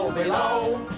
below